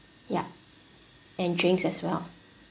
ya and drinks as well